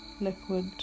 liquid